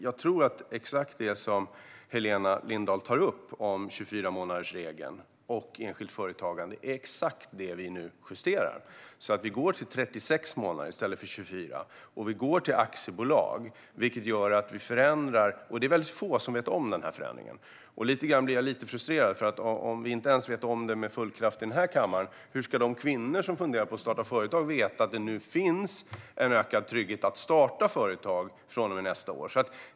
Jag tror att det som Helena Lindahl tar upp om 24-månadersregeln och enskilt företagande är exakt det som vi nu justerar. Vi går till 36 månader i stället för 24. Och vi går till aktiebolag. Det är väldigt få som vet om denna förändring. Jag blir lite frustrerad. Om vi inte ens vet om det med full kraft i denna kammare undrar jag: Hur ska de kvinnor som funderar på att starta företag veta att det finns en ökad trygghet i att starta företag från och med nästa år?